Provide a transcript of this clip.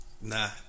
nah